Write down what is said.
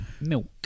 Milk